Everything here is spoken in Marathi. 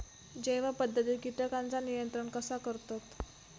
जैव पध्दतीत किटकांचा नियंत्रण कसा करतत?